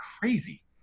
crazy